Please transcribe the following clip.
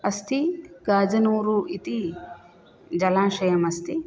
अस्ति गाजनूरू इति जलाशयम् अस्ति